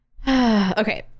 Okay